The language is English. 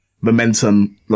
momentum